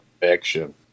perfection